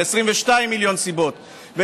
ו-22 מיליון סיבות,